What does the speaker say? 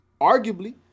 arguably